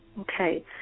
Okay